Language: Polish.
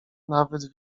nawet